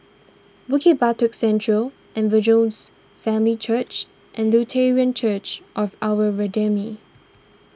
Bukit Batok Central Evangels Family Church and Lutheran Church of Our Redeemer